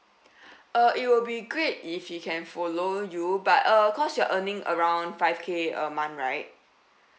uh it will be great if he can follow you but uh cause you're earning around five K a month right